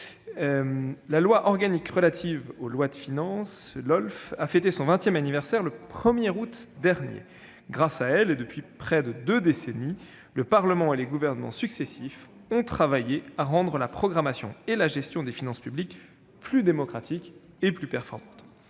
La loi organique relative aux lois de finances (LOLF) a fêté son vingtième anniversaire le 1 août dernier. Grâce à elle, et depuis près de deux décennies, le Parlement et les gouvernements successifs ont travaillé à rendre la programmation et la gestion des finances publiques plus démocratiques et plus performantes.